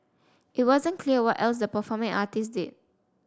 it wasn't clear what else the performing artists did